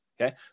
Okay